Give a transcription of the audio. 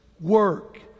work